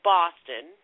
Boston